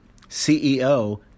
CEO